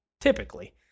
typically